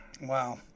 Wow